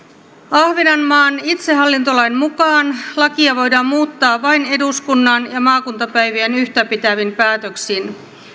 ahvenanmaan itsehallintolain mukaan lakia voidaan muuttaa vain eduskunnan ja maakuntapäivien yhtäpitävin päätöksin